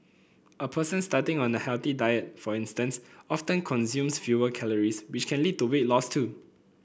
a person starting on a healthy diet for instance often consumes fewer calories which can lead to weight loss too